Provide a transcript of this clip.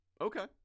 Okay